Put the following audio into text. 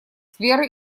скверы